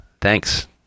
thanks